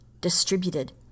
distributed